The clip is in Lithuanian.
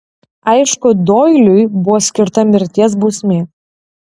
aišku doiliui buvo skirta mirties bausmė